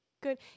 good